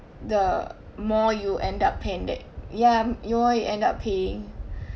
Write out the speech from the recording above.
the more you end up paying that ya the more you end up paying